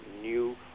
new